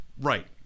right